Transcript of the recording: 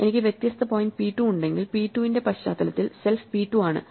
എനിക്ക് വ്യത്യസ്ത point p2 ഉണ്ടെങ്കിൽ P2 ന്റെ പശ്ചാത്തലത്തിൽ സെൽഫ് p2 ആണ്